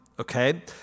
okay